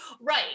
Right